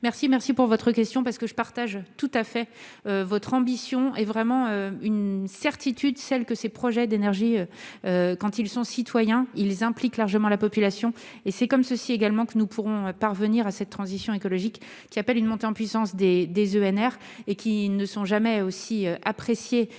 merci, merci pour votre question parce que je partage tout à fait votre ambition est vraiment une certitude, celle que ses projets d'énergie quand ils sont citoyens ils impliquent largement la population et c'est comme ceci également que nous pourrons parvenir à cette transition écologique qu'il appelle une montée en puissance des des ENR et qui ne sont jamais aussi apprécié